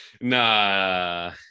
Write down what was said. Nah